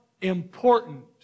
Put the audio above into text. important